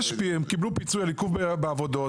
הם קיבלו פיצוי על עיכוב בעבודות.